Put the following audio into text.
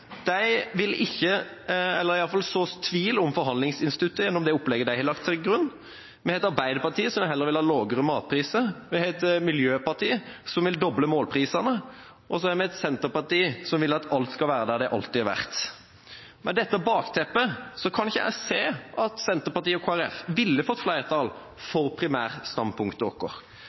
SV vil så tvil om forhandlingsinstituttet gjennom det opplegget de har lagt til grunn, med et arbeiderparti som heller vil ha lavere matpriser, med et miljøparti som vil doble målprisene – og så har vi et senterparti som vil at alt skal være der det alltid har vært. Med dette bakteppet kan ikke jeg se at Senterpartiet og Kristelig Folkeparti ville fått flertall for